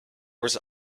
was